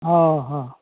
हँ ह